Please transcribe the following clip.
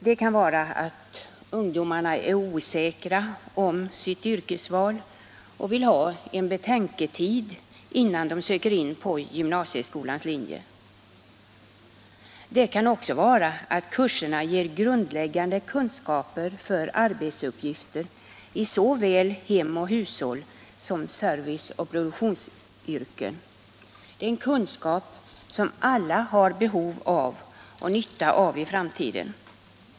Det kan vara att ungdomarna är osäkra i fråga om sitt yrkesval och vill ha en betänketid innan de söker in till gymnasieskolans linjer. Det kan också vara att kurserna ger grundläggande kunskaper för arbetsuppgifter i såväl hem och hushåll som i service och produktionsyrken. Den här utbildningen ger kunskaper som alla har behov och nytta av i framtiden.